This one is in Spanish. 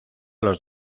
los